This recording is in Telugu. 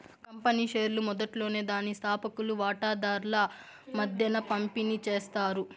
కంపెనీ షేర్లు మొదట్లోనే దాని స్తాపకులు వాటాదార్ల మద్దేన పంపిణీ చేస్తారు